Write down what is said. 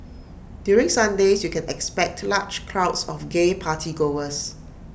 during Sundays you can expect large crowds of gay party goers